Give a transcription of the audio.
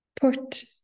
put